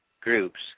groups